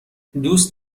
دوست